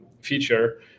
feature